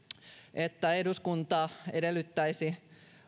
että eduskunta edellyttäisi